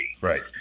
Right